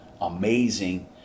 amazing